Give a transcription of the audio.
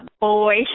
boy